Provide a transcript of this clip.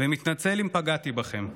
ומתנצל אם פגעתי בכם.